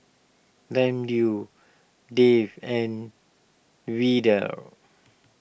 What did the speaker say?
Ramdev Dev and Vedre